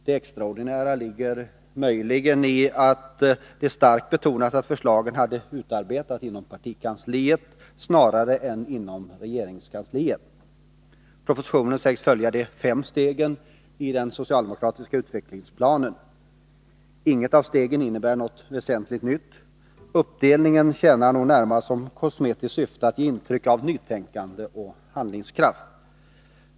Det extraordinära ligger möjligen i att det starkt betonas att förslagen har utarbetats inom partikansliet snarare än i regeringskansliet. Propositionen sägs följa de fem stegen i den s.k. socialdemokratiska utvecklingsplanen. Inget av stegen innebär något väsentligt nytt. Uppdelningen tjänar nog närmast ett kosmetiskt syfte att ge intryck av nytänkande och handlingskraft.